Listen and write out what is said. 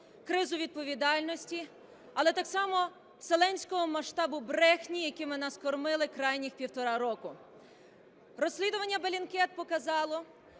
кризу відповідальності, але так само вселенського масштабу брехні, якими нас кормили крайніх півтора року. Розслідування Bellingcat показало,